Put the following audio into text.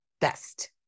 best